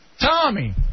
Tommy